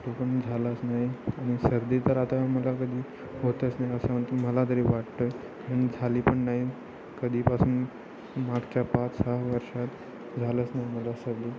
तो पण झालाच नाही सर्दी तर आता मला कधी होतच नाही असं म्हणतो मला तरी वाटतं आणि झाली पण नाही कधीपासून मागच्या पाच सहा वर्षात झालंच नाही मला सर्दी